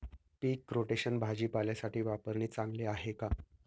पीक rotation भाजीपाल्यासाठी वापरणे चांगले आहे का?